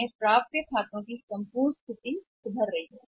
तो उस स्थिति में समग्र खाते प्राप्य हैं स्थिति में सुधार हो रहा है